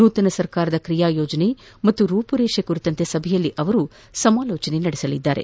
ನೂತನ ಸರ್ಕಾರದ ಕ್ರಿಯಾ ಯೋಜನೆ ಮತ್ತು ರೂಪುರೇಷೆ ಕುರಿತಂತೆ ಸಭೆಯಲ್ಲಿ ಅವರು ಸಮಾಲೋಚಿಸಲಿದ್ದಾರೆ